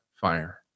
fire